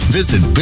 visit